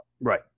Right